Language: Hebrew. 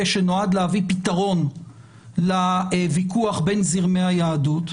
שנועד להביא פתרון לוויכוח בין זרמי היהדות,